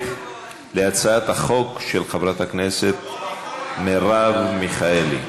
להצעת החוק של חברת הכנסת מרב מיכאלי.